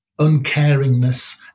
uncaringness